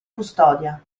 custodia